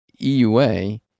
eua